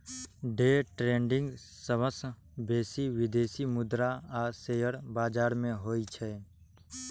day trading सबसं बेसी विदेशी मुद्रा आ शेयर बाजार मे होइ छै